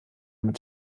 mit